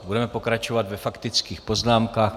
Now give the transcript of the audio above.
Budeme pokračovat ve faktických poznámkách.